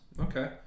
Okay